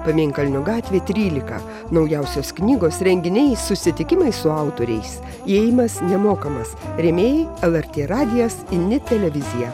pamėnkalnio gatvė trylika naujausios knygos renginiai susitikimai su autoriais įėjimas nemokamas rėmėjai lrt radijas init televizija